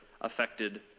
affected